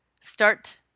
Start